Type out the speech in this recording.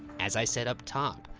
as i said up top,